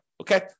Okay